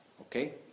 Okay